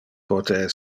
pote